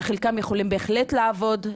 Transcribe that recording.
שחלקם יכולים בהחלט לעבוד,